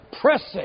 Pressing